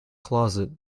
closet